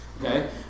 okay